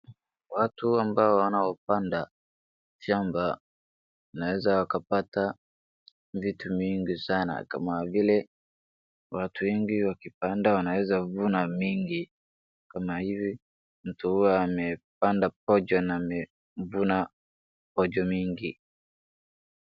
Watu ambao wanaopanda shamba wanaeza wakapata vitu mingi sana, kama vile watu wengi wakipanda wanaeza vuna mingi kama hivi mtu huyu amepanda pojo na amevuna pojo mingi.